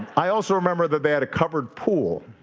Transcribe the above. i also remember that they had a covered pool,